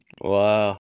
Wow